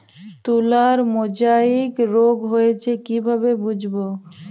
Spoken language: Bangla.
তুলার মোজাইক রোগ হয়েছে কিভাবে বুঝবো?